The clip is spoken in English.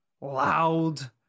loud